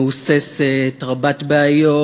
מהוססת, רבת בעיות,